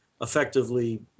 effectively